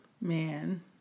Man